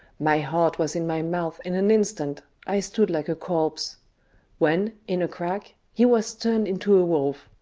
my heart was in my mouth in an instant, i stood like a corpse when, in a crack, he was turned into a wolf.